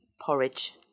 Porridge